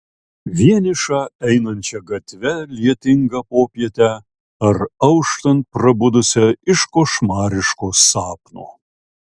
vienišą einančią gatve lietingą popietę ar auštant prabudusią iš košmariško sapno